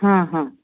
ହଁ ହଁ